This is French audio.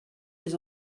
les